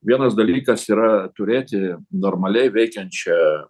vienas dalykas yra turėti normaliai veikiančią